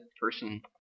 person